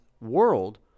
world